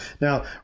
Now